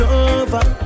over